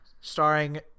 starring